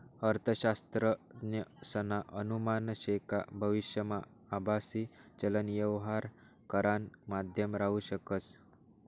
अर्थशास्त्रज्ञसना अनुमान शे का भविष्यमा आभासी चलन यवहार करानं माध्यम राहू शकस